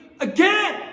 Again